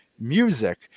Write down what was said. music